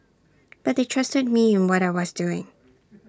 but they trusted me in what I was doing